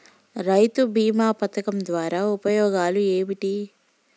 రైతు బీమా పథకం ద్వారా ఉపయోగాలు ఏమిటి?